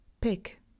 pick